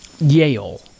Yale